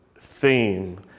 theme